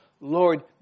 Lord